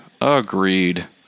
Agreed